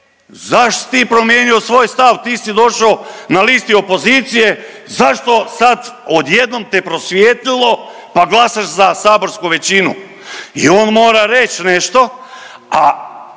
zašto si to promijenio svoj stav, ti si došo na listi opozicije zašto sad odjednom te prosvijetlilo pa glasaš za saborsku većinu. I on mora reć nešto, a